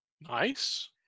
nice